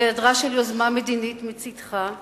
היעדרה של יוזמה מדינית מצדך.